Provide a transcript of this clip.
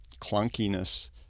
clunkiness